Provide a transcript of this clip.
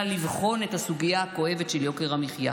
לבחון את הסוגיה הכואבת של יוקר המחיה.